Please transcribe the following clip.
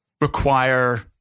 require